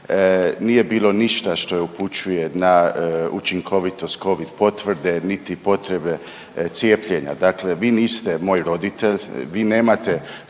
nije bilo ništa što upućuje na učinkovitost covid potvrde, niti potrebe cijepljenja. Dakle, vi niste moj roditelj, vi nemate